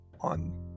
on